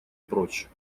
прочь